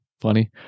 funny